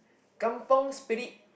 Kampung Spirit